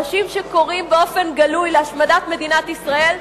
אנשים שקוראים באופן גלוי להשמדת מדינת ישראל,